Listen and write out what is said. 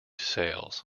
sales